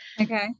Okay